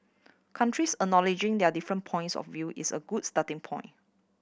countries acknowledging their different points of view is a good starting point